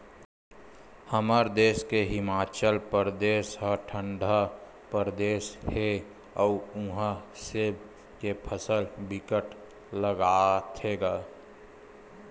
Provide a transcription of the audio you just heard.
हमर देस के हिमाचल परदेस ह ठंडा परदेस हे अउ उहा सेब के फसल बिकट लगाथे गा